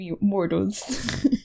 mortals